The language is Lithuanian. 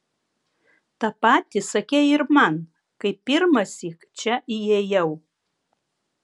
tą patį sakei ir man kai pirmąsyk čia įėjau